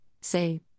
say